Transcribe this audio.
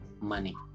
money